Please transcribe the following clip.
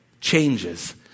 changes